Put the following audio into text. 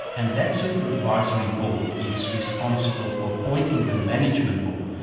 and that supervisory board is responsible for appointing the management board.